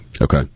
Okay